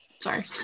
sorry